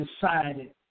decided